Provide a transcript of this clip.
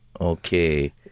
Okay